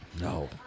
No